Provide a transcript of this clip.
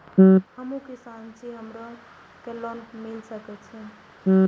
हमू किसान छी हमरो के लोन मिल सके छे?